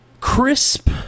crisp